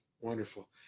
Wonderful